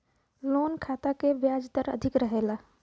loan खाता क ब्याज दर अधिक रहला